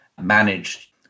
managed